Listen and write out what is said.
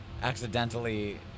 Accidentally